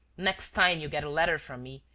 next time you get a letter from me,